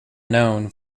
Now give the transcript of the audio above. known